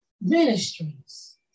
ministries